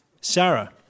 Sarah